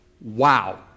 Wow